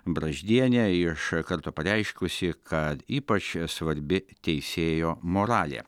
braždienė iš karto pareiškusi kad ypač svarbi teisėjo moralė